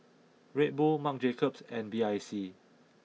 Red Bull Marc Jacobs and B I C